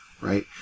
Right